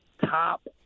Top